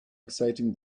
exciting